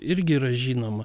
irgi yra žinoma